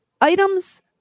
items